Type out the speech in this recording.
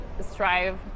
strive